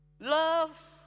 love